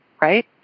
right